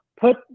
put